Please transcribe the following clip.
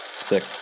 sick